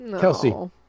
Kelsey